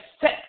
set